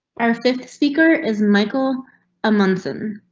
our fifth speaker is michael a munson.